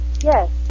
Yes